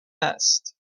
است